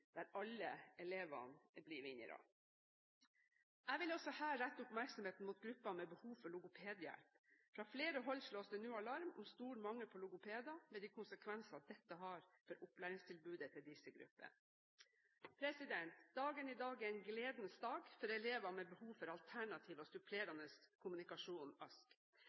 der alle elevene blir vinnere. Jeg vil her også rette oppmerksomheten mot grupper med behov for logopedhjelp. Fra flere hold slås det nå alarm om stor mangel på logopeder, med de konsekvenser dette har for opplæringstilbudet til disse gruppene. Dagen i dag er en gledens dag for elever med behov for alternativ og supplerende kommunikasjon, ASK.